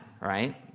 right